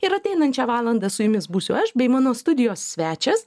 ir ateinančią valandą su jumis būsiu aš bei mano studijos svečias